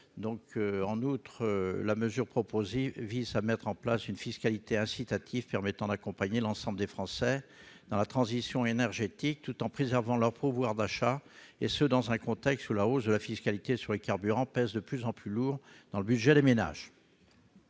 En outre, la mesure proposée vise à mettre en place une fiscalité incitative permettant d'accompagner l'ensemble des Français dans la transition énergétique, tout en préservant leur pouvoir d'achat, dans un contexte où la hausse de la fiscalité sur les carburants pèse de plus en plus lourd dans le budget des ménages.